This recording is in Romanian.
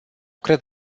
cred